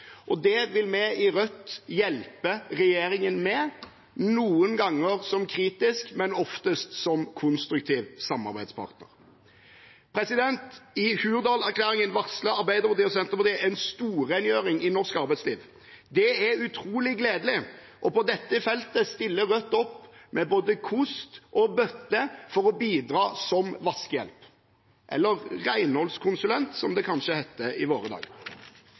Det vil vi i Rødt hjelpe regjeringen med – noen ganger som en kritisk, men oftest som en konstruktiv samarbeidspartner. I Hurdalserklæringen varsler Arbeiderpartiet og Senterpartiet en storrengjøring i norsk arbeidsliv. Det er utrolig gledelig, og på dette feltet stiller Rødt opp med både kost og bøtte for å bidra som vaskehjelp – eller renholdskonsulent, som det kanskje heter i våre